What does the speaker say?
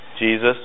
Jesus